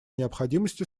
необходимости